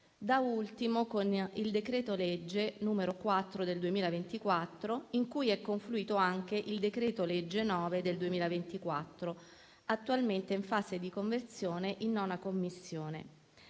da ultimo con il decreto-legge n. 4 del 2024, in cui è confluito anche il decreto-legge n. 9 del 2004, attualmente in fase di conversione in 9a Commissione.